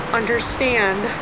understand